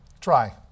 Try